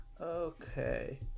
Okay